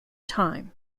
time